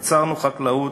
יצרנו חקלאות